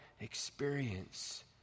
experience